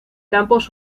campos